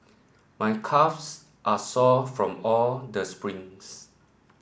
my calves are sore from all the sprints